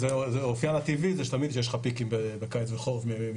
אופיין הטבעי זה שתמיד יש לך פיקים בקיץ וחורף.